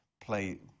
play